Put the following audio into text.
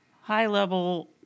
high-level